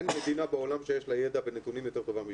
שאין מדינה בעולם שיש לה ידע ונתונים יותר טובה מישראל.